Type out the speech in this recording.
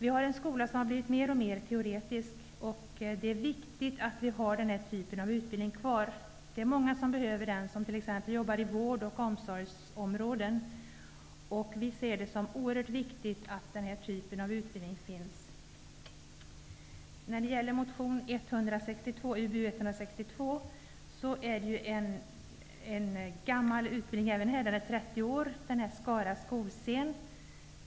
Vi har en skola som har blivit mer och mer teoretisk. Därför ser vi det som oerhört viktigt att den här typen av utbildning får finnas kvar. Det är många, som t.ex. jobbar inom vård och omsorg, som behöver den. Även motion Ub162 tar upp en gammal utbildning. Skara skolscen är 30 år.